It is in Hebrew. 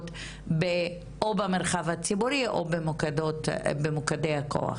שנמצאות או במרחב הציבורי או במוקדי הכוח.